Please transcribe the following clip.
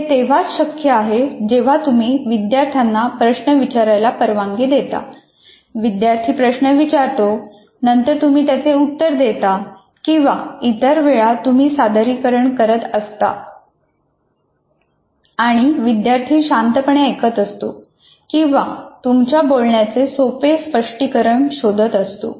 हे तेव्हाच शक्य आहे जेव्हा तुम्ही विद्यार्थ्यांना प्रश्न विचारायला परवानगी देता विद्यार्थी प्रश्न विचारतो नंतर तुम्ही त्याचे उत्तर देता किंवा इतर वेळा तुम्हीच सादरीकरण करत असतात आणि विद्यार्थी शांतपणे ऐकत असतो किंवा तुमच्या बोलण्याचे सोपे स्पष्टीकरण शोधत असतो